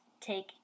take